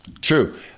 true